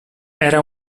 era